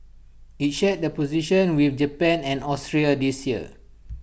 IT shared the position with Japan and Austria this year